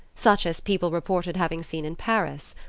such as people reported having seen in paris.